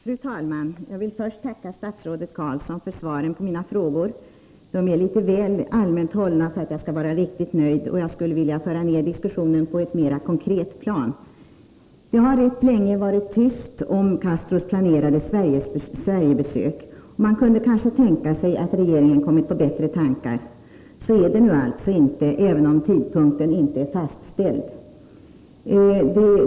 Fru talman! Jag vill först tacka statsrådet Carlsson för svaren på mina frågor. De är litet för allmänt hållna för att jag skall vara riktigt nöjd. Jag skulle vilja föra ned diskussionen till ett mera konkret plan. Det har rätt länge varit tyst om Castros planerade Sverigebesök, och man kunde kanske tänka sig att regeringen kommit på bättre tankar. Så är det nu alltså inte, även om tidpunkten för besöket inte är fastställd.